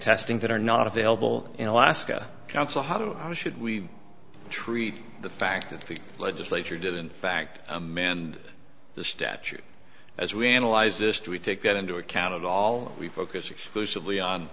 testing that are not available in alaska should we treat the fact that the legislature did in fact amend the statute as we analyze this to we take that into account at all we focus exclusively on